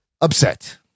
upset